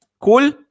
Cool